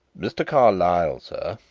mr. carlyle, sir,